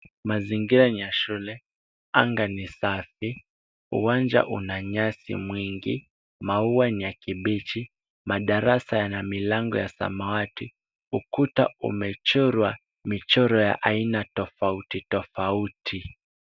Mazingira ni ya shule, anga ni safi. Uwanja una nyasi nyingi, maua ya kibichi, madarasa yana milango ya samawati, ukuta umechorwa michoro ya aina tofauti tofauti.